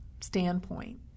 standpoint